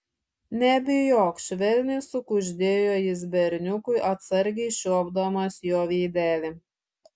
nebijok švelniai sukuždėjo jis berniukui atsargiai čiuopdamas jo veidelį